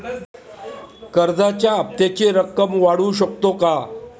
कर्जाच्या हप्त्याची रक्कम वाढवू शकतो का?